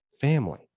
family